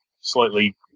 slightly